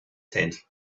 tent